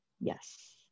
Yes